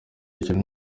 hejuru